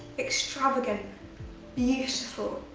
extravagant beautiful,